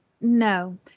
no